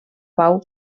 pau